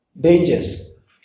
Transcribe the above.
dangers